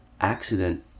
accident